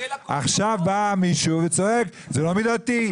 עכשיו בא מישהו וצועק: זה לא מידתי.